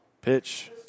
Pitch